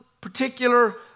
particular